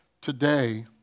today